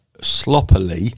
sloppily